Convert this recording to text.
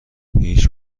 هیچ